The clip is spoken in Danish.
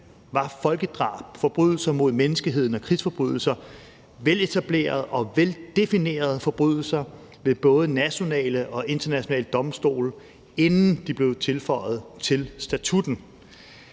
var folkedrab, forbrydelser mod menneskeheden og krigsforbrydelser veletablerede og veldefinerede forbrydelser ved både nationale og internationale domstole, inden de blev tilføjet til statutten.